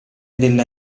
della